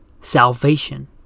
salvation